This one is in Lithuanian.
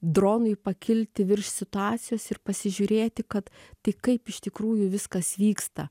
dronui pakilti virš situacijos ir pasižiūrėti kad tai kaip iš tikrųjų viskas vyksta